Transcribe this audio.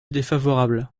défavorable